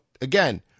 again